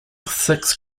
six